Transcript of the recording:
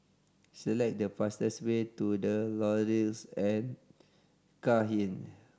select the fastest way to The Laurels at Cairnhill